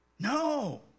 No